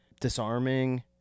disarming